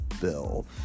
Bill